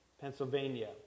Pennsylvania